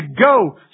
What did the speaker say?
go